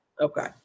Okay